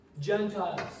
Gentiles